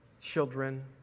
children